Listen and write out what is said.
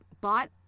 bought